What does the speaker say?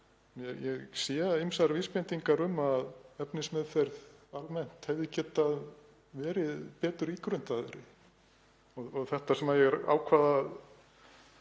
Ég sé ýmsar vísbendingar um að efnismeðferð almennt hefði getað verið betur ígrunduð. Það sem ég ákvað